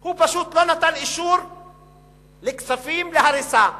והוא פשוט לא נתן אישור כספים להריסה.